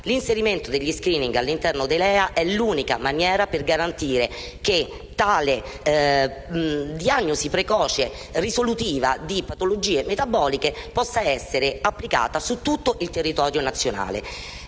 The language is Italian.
L'inserimento degli *screening* all'interno dei LEA è l'unica maniera per garantire che la diagnosi precoce risolutiva di patologie metaboliche possa essere applicata su tutto il territorio nazionale.